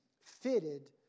fitted